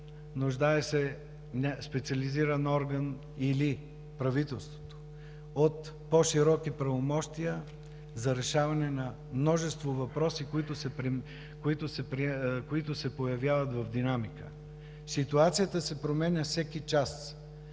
Нуждаем се от специализиран орган или правителството от по-широки правомощия за решаване на множество въпроси, които се появяват в динамика. Ситуацията се променя всеки час.